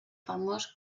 famós